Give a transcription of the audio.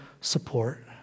support